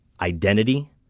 identity